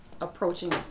approaching